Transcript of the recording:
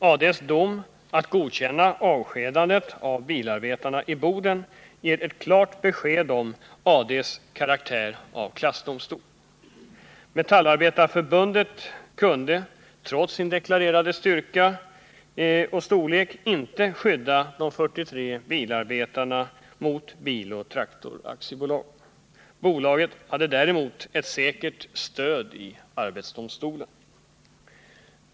AD:s dom att godkänna avskedandet av bilarbetarna i Boden ger ett klart besked om AD:s karaktär av klassdomstol. Metallarbetareförbundet kunde trots sin deklarerade styrka och storlek inte skydda de 43 bilarbetarna mot Bil & Traktor AB. Bolaget hade däremot ett säkert stöd i arbetsdomstolen.